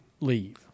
leave